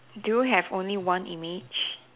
do you have only one image